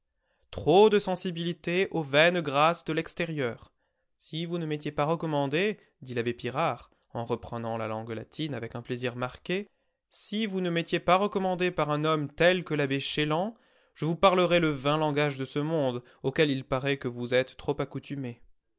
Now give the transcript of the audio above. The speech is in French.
trop de sensibilité aux vaines grâces de l'extérieur si vous ne m'étiez pas recommandé dit l'abbé pirard en reprenant la langue latine avec un plaisir marqué si vous ne m'étiez pas recommandé par un homme tel que l'abbé chélan je vous parlerais le vain langage de ce monde auquel il paraît que vous êtes trop accoutumé